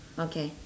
okay